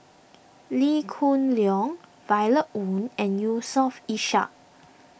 Lee Hoon Leong Violet Oon and Yusof Ishak